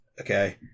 Okay